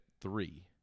three